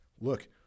look